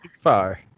Far